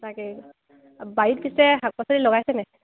তাকে বাৰীত পিছে শাক পাচলি লগাইছেনে